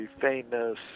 famous